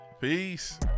peace